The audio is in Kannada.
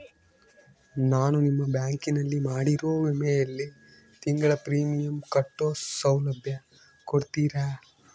ನಾನು ನಿಮ್ಮ ಬ್ಯಾಂಕಿನಲ್ಲಿ ಮಾಡಿರೋ ವಿಮೆಯಲ್ಲಿ ತಿಂಗಳ ಪ್ರೇಮಿಯಂ ಕಟ್ಟೋ ಸೌಲಭ್ಯ ಕೊಡ್ತೇರಾ?